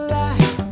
life